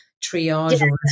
triage